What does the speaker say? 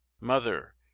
Mother